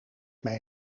mij